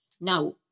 Now